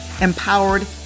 empowered